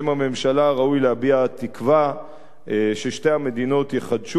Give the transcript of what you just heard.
שראוי להביע תקווה ששתי המדינות יחדשו את